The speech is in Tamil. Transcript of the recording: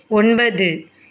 ஒன்பது